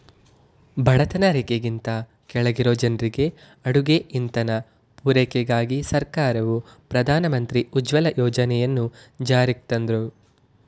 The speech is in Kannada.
ಬಡತನ ರೇಖೆಗಿಂತ ಕೆಳಗಿರೊ ಜನ್ರಿಗೆ ಅಡುಗೆ ಇಂಧನ ಪೂರೈಕೆಗಾಗಿ ಸರ್ಕಾರವು ಪ್ರಧಾನ ಮಂತ್ರಿ ಉಜ್ವಲ ಯೋಜನೆಯನ್ನು ಜಾರಿಗ್ತಂದ್ರು